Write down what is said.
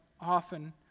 often